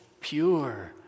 pure